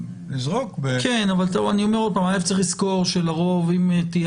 אני אומר שוב שצריך לזכור שלרוב אם תהיה